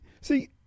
see